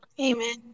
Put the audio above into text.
Amen